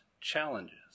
challenges